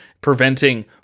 preventing